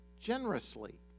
generously